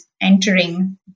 entering